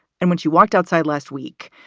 and when she walked outside last week,